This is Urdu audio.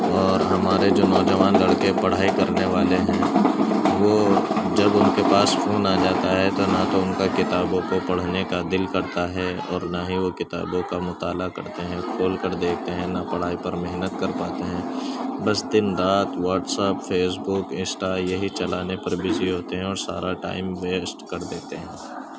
اور ہمارے جو نوجوان لڑکے پڑھائی کرنے والے ہیں وہ جب اُن کے پاس فون آ جاتا ہے تو نہ تو اُن کا کتابوں کو پڑھنے کا دِل کرتا ہے اور نہ ہی وہ کتابوں کا مطالعہ کرتے ہیں کھول کر دیکھتے ہیں نہ پڑھائی پر محنت کر پاتے ہیں بس دِن رات واٹسپ فیس بک انسٹا یہی چلانے پر بزی ہوتے ہیں اور سارا ٹائم ویسٹ کر دیتے ہیں